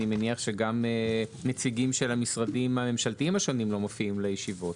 ואני מניח שגם נציגים שלה משרדים הממשלתיים השונים לא מופיעים לישיבות.